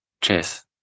Cheers